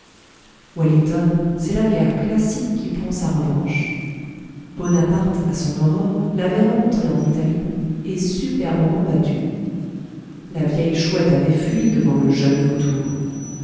wellington c'est la guerre classique qui prend sa revanche bonaparte à son aurore l'avait rencontrée en italie et superbement battue la vieille chouette avait fui devant le jeune vautour